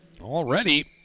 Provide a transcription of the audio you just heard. Already